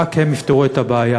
רק הם יפתרו את הבעיה.